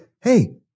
hey